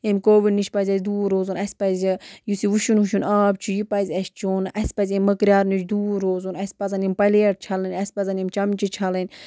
ییٚمہِ کووِڈ نِش پَزِ اَسہِ دوٗر روزُن اَسہِ پَزِ یُس یہِ وٕچھُن وُچھُن آب چھُ یہِ پَزِ اَسہِ چیوٚن اَسہِ پَزِ اَمہِ مٔکریار نِش دوٗر روزُن اَسہِ پَزَن یِم پَلیٹ چھَلٕنۍ اَسہِ پَزَن یِم چَمچہِ چھَلٕنۍ